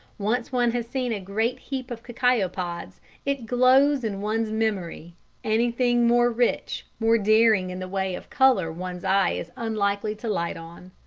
once one has seen a great heap of cacao pods it glows in one's memory anything more rich, more daring in the way of colour one's eye is unlikely to light on.